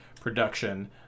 production